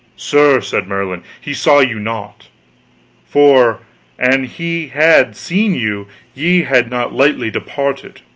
sir, said merlin, he saw you not for and he had seen you ye had not lightly departed.